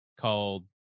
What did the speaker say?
called